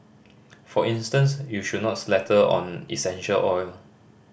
for instance you should not slather on essential oil